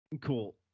cool